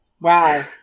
Wow